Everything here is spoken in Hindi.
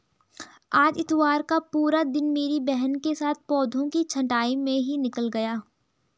आज इतवार का पूरा दिन मेरी बहन के साथ पौधों की छंटाई में ही निकल गया